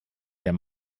der